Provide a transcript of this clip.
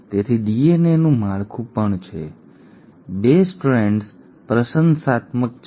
તેથી ડીએનએનું માળખું પણ છે 2 સ્ટ્રેન્ડ્સ પ્રશંસાત્મક છે